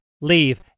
leave